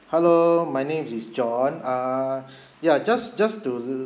hello my name is john uh ya just just to